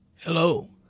Hello